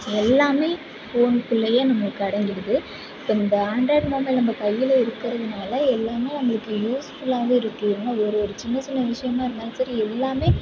எல்லாம் ஃபோனுகுள்ளயே நம்மளுக்கு அடங்கிடுது இப்போ இந்த ஆண்ட்ராய்ட் மொபைல் நம்ம கையில் இருக்கிறதுனால எல்லாம் நமக்கு யூஸ்ஃபுல்லாகவே இருக்கு என்ன ஒரு ஒரு சின்ன சின்ன விஷயமாக இருந்தாலும் சரி எல்லாம்